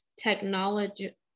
technology